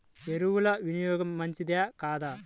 ఎరువుల వినియోగం మంచిదా కాదా?